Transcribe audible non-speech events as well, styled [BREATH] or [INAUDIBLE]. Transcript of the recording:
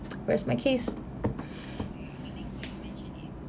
rest my case [BREATH]